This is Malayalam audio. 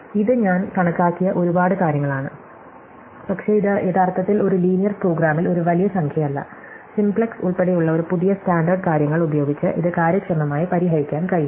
ഇത് ഞാൻ കണക്കാക്കിയ ഒരുപാട് കാര്യങ്ങളാണ് പക്ഷേ ഇത് യഥാർത്ഥത്തിൽ ഒരു ലീനിയർ പ്രോഗ്രാമിൽ ഒരു വലിയ സംഖ്യയല്ല സിംപ്ലക്സ് ഉൾപ്പെടെയുള്ള ഒരു പുതിയ സ്റ്റാൻഡേർഡ് കാര്യങ്ങൾ ഉപയോഗിച്ച് ഇത് കാര്യക്ഷമമായി പരിഹരിക്കാൻ കഴിയും